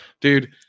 Dude